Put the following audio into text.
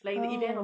oh